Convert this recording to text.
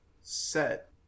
set